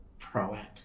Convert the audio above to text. proactive